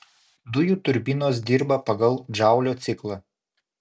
dujų turbinos dirba pagal džaulio ciklą